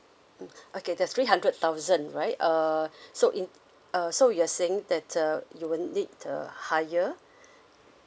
mm okay that's three hundred thousand right uh so in uh so you're saying that uh you will need a higher